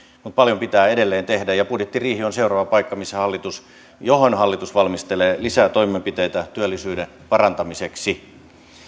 mutta paljon pitää edelleen tehdä ja budjettiriihi on seuraava paikka johon hallitus valmistelee lisää toimenpiteitä työllisyyden parantamiseksi